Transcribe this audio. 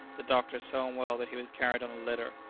the doctor so unwell that he was carried on a litter.